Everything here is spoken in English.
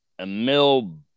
Emil